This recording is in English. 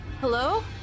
Hello